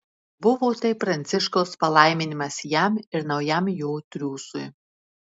buvo tai pranciškaus palaiminimas jam ir naujam jo triūsui